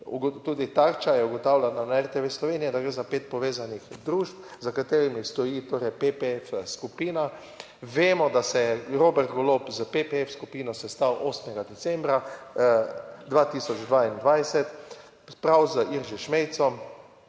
tudi Tarča je ugotavljala na RTV Slovenija, da gre za pet povezanih družb za katerimi stoji torej PPF skupina. Vemo, da se je Robert Golob z PPF skupino sestal 8. decembra 2022 prav z Jiří Šmejcem,